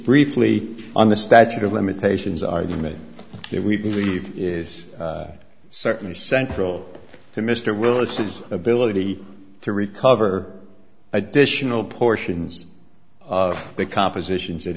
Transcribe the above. briefly on the statute of limitations argument that we believe is certainly central to mr willis's ability to recover additional portions of the compositions that